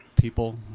people